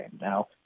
now